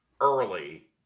early